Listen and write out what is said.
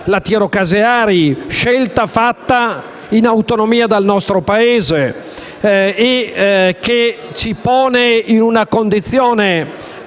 lattiero caseari, scelta fatta in autonomia dal nostro Paese e che ci pone in una condizione